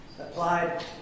applied